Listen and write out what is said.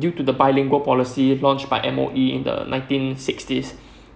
due to the bilingual policy launched by the M_O_E in the nineteen sixties